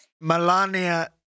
Melania